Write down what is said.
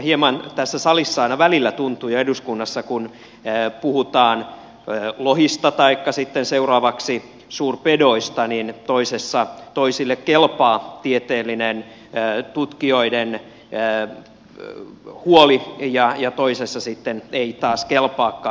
hieman tässä salissa eduskunnassa aina välillä tuntuu kun puhutaan lohista taikka sitten seuraavaksi suurpedoista että toisessa toisille kelpaa tieteellinen tutkijoiden huoli ja toisessa sitten ei taas kelpaakaan